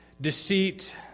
deceit